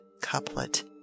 couplet